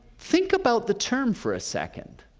think about the term for a second,